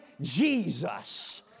Jesus